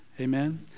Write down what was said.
amen